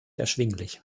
erschwinglich